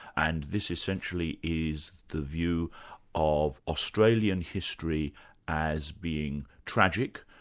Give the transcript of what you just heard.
and this essentially is the view of australian history as being tragic,